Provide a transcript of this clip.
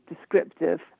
descriptive